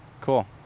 Cool